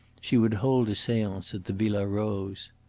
she would hold a seance at the villa rose.